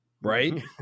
Right